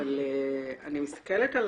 אני מסתכלת על